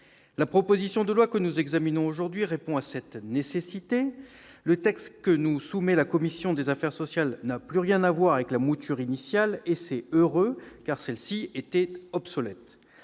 La proposition de loi que nous examinons aujourd'hui répond à cette nécessité. Le texte que nous soumet la commission des affaires sociales n'a plus rien à voir avec la mouture initiale, et c'est heureux, car celle-ci était obsolète.